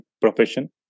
profession